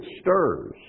stirs